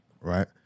Right